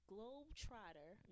Globetrotter